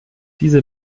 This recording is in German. diese